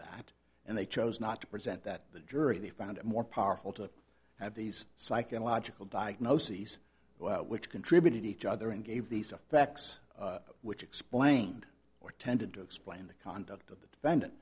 that and they chose not to present that the jury they found more powerful to have these psychological diagnoses which contributed each other and gave these effects which explained or tended to explain the conduct of the defendant